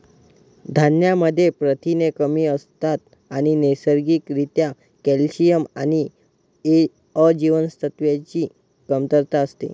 धान्यांमध्ये प्रथिने कमी असतात आणि नैसर्गिक रित्या कॅल्शियम आणि अ जीवनसत्वाची कमतरता असते